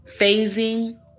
phasing